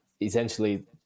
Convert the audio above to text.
essentially